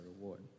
reward